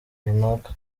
runaka